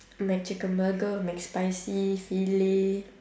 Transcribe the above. mcchicken burger mcspicy filet